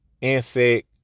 insect